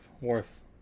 worth